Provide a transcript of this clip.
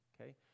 okay